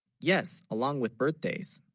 yes, along with, birthdays